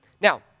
Now